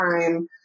time